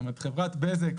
חברת בזק